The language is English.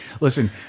Listen